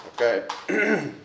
Okay